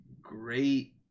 great